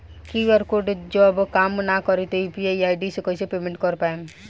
QR code जब काम ना करी त यू.पी.आई आई.डी से कइसे पेमेंट कर पाएम?